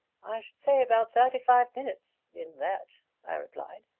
i should say about thirty-five minutes in that! i replied.